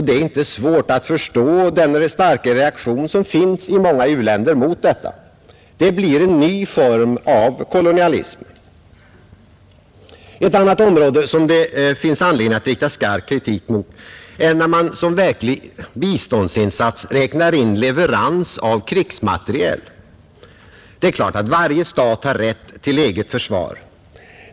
Det är inte svårt att förstå den starka reaktion som finns i många u-länder mot detta. Det blir en ny form av kolonialism. Ett annat område som det finns anledning att rikta skarp kritik mot är när man som verklig biståndsinsats räknar in leverans av krigsmateriel. Det är klart att varje stat har rätt till eget försvar.